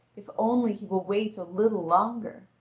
if only he will wait a little longer.